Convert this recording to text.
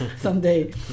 someday